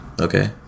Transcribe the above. Okay